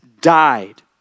died